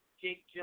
Jake